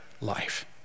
life